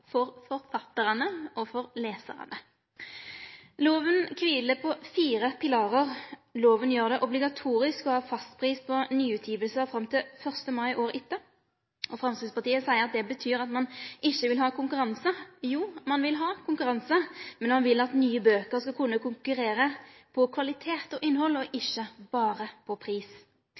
for forfattarane og for lesarane. Loven kviler på fire pilarar. Loven gjer det obligatorisk å ha fastpris på nyutgjevingar fram til 1. mai året etter. Og Framstegspartiet seier at det betyr at ein ikkje vil ha konkurranse. Jo, ein vil ha konkurranse, men ein vil at nye bøker skal kunne konkurrere på kvalitet og innhald og ikkje berre på pris.